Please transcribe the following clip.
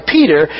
Peter